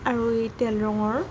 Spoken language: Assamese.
আৰু এই তেল ৰঙৰ